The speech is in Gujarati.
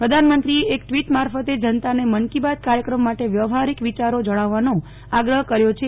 પ્રધાનમંત્રીએ એક ટ્વીટ મારફતે જનતાને મન કી બાત કાર્યક્રમ માટે વ્યવહારીક વીચારો જણાવવાનો આગ્રહ કર્યો છે